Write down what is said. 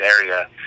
area